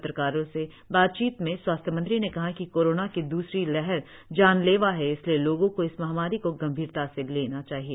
पत्रकारों से बातचीत में स्वास्थ्य मंत्री ने कहा कि कोरोना के दूसरी लहर जानलेवा है इसलिए लोगों को इस महामारी को गंभीरता से लेना चाहिए